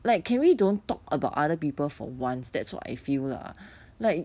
like can we don't talk about other people for once that's what I feel lah like